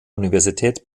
universität